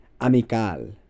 Amical